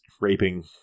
raping